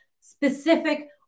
specific